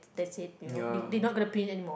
that's it you know they they not going to print anymore